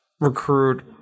recruit